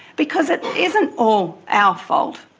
because it isn't all our fault,